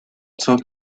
talk